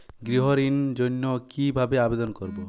গৃহ ঋণ জন্য কি ভাবে আবেদন করব?